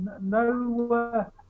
No